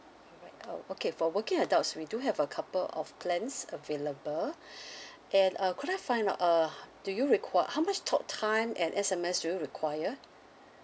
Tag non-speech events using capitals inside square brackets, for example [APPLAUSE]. okay for working adults we do have a couple of plans available [BREATH] and uh could I find out uh do you requi~ how much talk time and S_M_S do you require